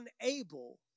unable